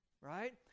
right